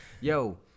Yo